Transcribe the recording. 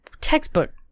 textbook